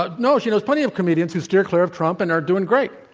ah no, she knows plenty of comedians who steer clear of trump and are doing great.